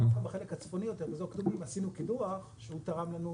גם בחלק הצפוני יותר באזור קדומים עשינו קידוח שהוא תרם לנו יחסית,